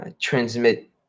transmit